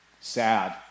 Sad